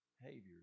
behaviors